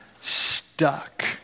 stuck